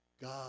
God